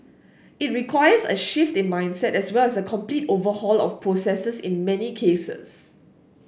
it requires a shift in mindset as well as a complete overhaul of processes in many cases